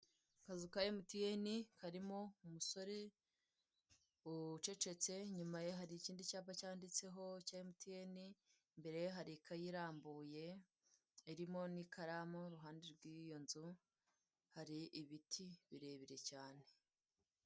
Akazu ka MTN karimo umusore ucecetse, inyuma ye hari ikindi cyapa cyanditseho cya MTN, imbere ye hari ikaye irambuye, irimo n'ikaramu, iruhande rw'iyo nzu hari ibiti birebire cyane.